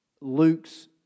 Luke's